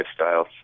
lifestyles